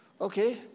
okay